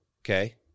okay